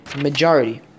majority